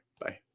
Bye